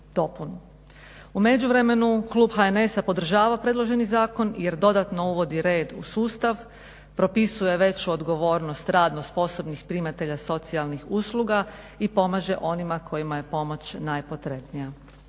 U međuvremenu klub HNS-a podržava predloženi zakon jer dodatno uvodi red u sustav, propisuje veću odgovornost radno sposobnih primatelja socijalnih usluga i pomaže onima kojima je pomoć najpotrebnija.